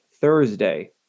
Thursday